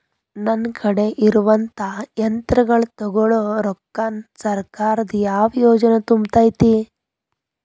ನನ್ ಕಡೆ ಇರುವಂಥಾ ಯಂತ್ರಗಳ ತೊಗೊಳು ರೊಕ್ಕಾನ್ ಸರ್ಕಾರದ ಯಾವ ಯೋಜನೆ ತುಂಬತೈತಿ?